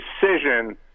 decision